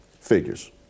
Figures